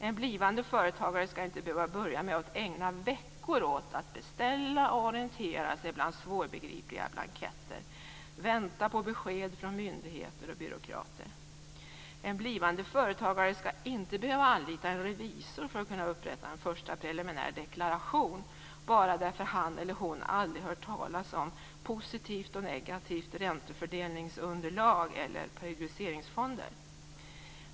En blivande företagare skall inte behöva börja med att ägna veckor åt att beställa och orientera sig bland svårbegripliga blanketter och vänta på besked från myndigheter och byråkrater. En blivande företagare skall inte behöva anlita en revisor för att kunna upprätta en första preliminär deklaration, bara därför att han eller hon aldrig hört talas om positivt och negativt räntefördelningsunderlag eller periodiseringsfonder.